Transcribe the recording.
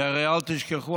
כי הרי אל תשכחו,